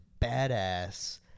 badass